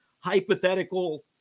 hypothetical